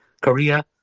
Korea